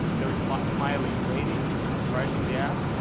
there's like smiling lady right in the ad.